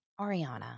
Ariana